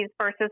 versus